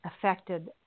affected